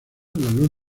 luz